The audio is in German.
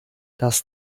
das